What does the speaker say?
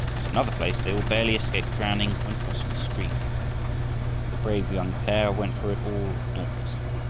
at another place they all barely escaped drowning when crossing a stream. but the brave young pair went through it all dauntlessly.